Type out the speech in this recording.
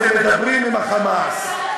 אתם מדברים עם ה"חמאס".